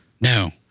no